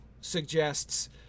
suggests